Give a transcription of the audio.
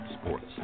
sports